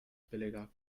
billiger